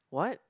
what